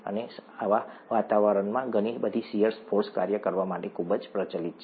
અને આવા વાતાવરણમાં ઘણી બધી શીયર ફોર્સ કાર્ય કરવા માટે ખૂબ જ પ્રચલિત છે